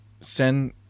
send